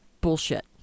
bullshit